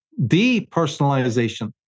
depersonalization